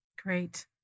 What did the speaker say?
Great